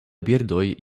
birdoj